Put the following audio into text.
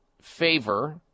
favor